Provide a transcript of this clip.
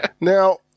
now